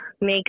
make